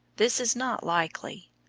this is not likely.